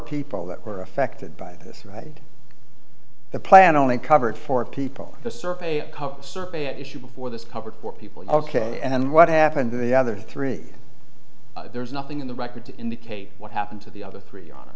people that were affected by this right the plan only covered four people the survey survey at issue before this coverage for people ok and what happened to the other three there's nothing in the record to indicate what happened to the other three on